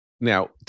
now